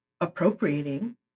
appropriating